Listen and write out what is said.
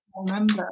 remember